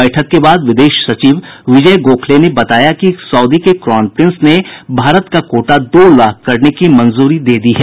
बैठक के बाद विदेश सचिव विजय गोखले ने बताया कि सऊदी के क्राउन प्रिंस ने भारत का कोटा दो लाख करने की मंजूरी दे दी है